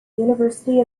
university